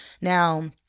Now